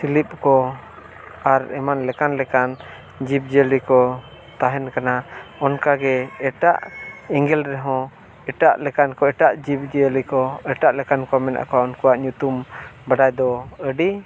ᱥᱤᱞᱤᱯ ᱠᱚ ᱟᱨ ᱮᱢᱟᱱ ᱞᱮᱠᱟᱱ ᱞᱮᱠᱟᱱ ᱡᱤᱵᱽᱼᱡᱤᱭᱟᱹᱞᱤ ᱠᱚ ᱛᱟᱦᱮᱱ ᱠᱟᱱᱟ ᱚᱱᱠᱟ ᱜᱮ ᱮᱴᱟᱜ ᱮᱸᱜᱮᱞ ᱨᱮᱦᱚᱸ ᱮᱴᱟᱜ ᱞᱮᱠᱟᱱ ᱠᱚ ᱮᱴᱟᱜ ᱡᱤᱵᱽᱼᱡᱤᱭᱟᱹᱞᱤ ᱠᱚ ᱮᱴᱟᱜ ᱞᱮᱠᱟᱱ ᱠᱚ ᱢᱮᱱᱟᱜ ᱠᱚᱣᱟ ᱩᱱᱠᱩᱣᱟᱜ ᱧᱩᱛᱩᱢ ᱵᱟᱰᱟᱭ ᱫᱚ ᱟᱹᱰᱤ